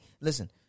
Listen